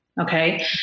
Okay